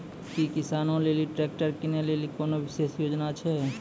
कि किसानो लेली ट्रैक्टर किनै लेली कोनो विशेष योजना छै?